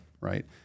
Right